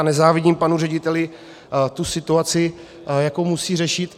Nezávidím panu řediteli tu situaci, jakou musí řešit.